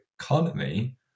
economy